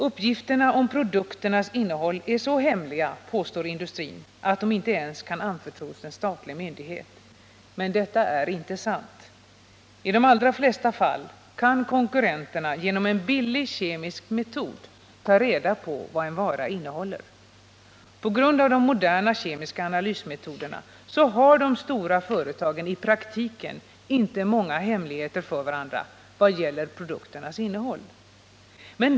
Uppgifterna om produkternas innehåll är så hemliga — påstår industrin — att de inte ens kan anförtros en statlig myndighet. Men detta är inte sant. I de allra flesta fall kan konkurrenterna genom en billig kemisk metod ta reda på vad en vara innehåller. Genom de moderna kemiska analysmetoderna har de stora företagen i praktiken inte många hemligheter för varandra vad gäller produkternas innehåll.